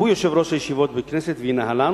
הוא ישב ראש בישיבות הכנסת וינהלן,